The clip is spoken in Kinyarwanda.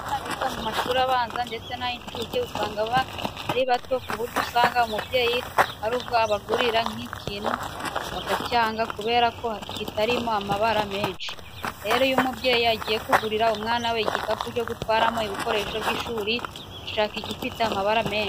Abana biga mu mashuri abanza ndetse n'ay'incuke usanga baba ari bato ku buryo usanga umubyeyi hari ubwo abagurira nk'ikintu bakacyanga kubera ko kitarimo amabara menshi. Rero iyo umubyeyi agiye kugurira umwana we igikapu cyo gutwaramo ibikoresho by'ishuri ashaka igifite amabara menshi.